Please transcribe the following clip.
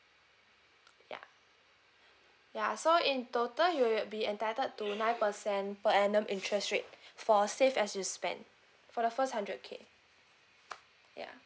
ya ya so in total you will be entitled to nine percent per annum interest rate for save as you spend for the first hundred k ya